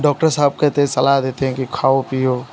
doctor साहब कहते हैं सलाह देते हैं कि खाओ पियो